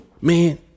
Man